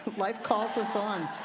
life calls us on.